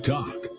Talk